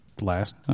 last